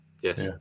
yes